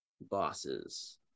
bosses